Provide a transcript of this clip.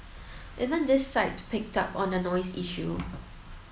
even this site picked up on the noise issue